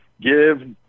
give